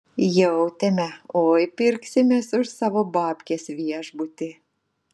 jautėme oi pirksimės už savo babkes viešbutį